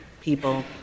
people